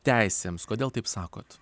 teisėms kodėl taip sakot